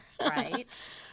Right